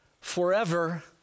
forever